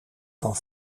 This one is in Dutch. van